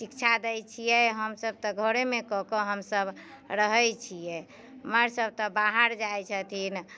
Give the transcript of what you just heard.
शिक्षा दै छियै हमसभ तऽ घरेमे कऽ कऽ हमसभ रहै छियै मर्द सभ तऽ बाहर जाइ छथिन